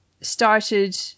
started